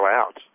out